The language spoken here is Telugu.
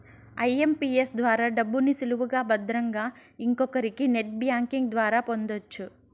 ఐఎంపీఎస్ ద్వారా డబ్బుని సులువుగా భద్రంగా ఇంకొకరికి నెట్ బ్యాంకింగ్ ద్వారా పొందొచ్చు